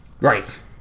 Right